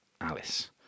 Alice